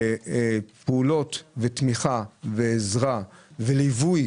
פעולות, תמיכה, עזרה וליווי